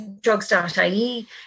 drugs.ie